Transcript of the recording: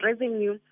revenue